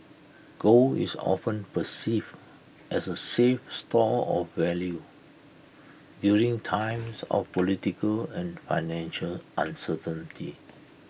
gold is often perceived as A safe store of value during times of political and financial uncertainty